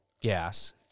gas